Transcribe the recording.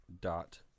dot